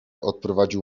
odprowadził